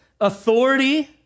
authority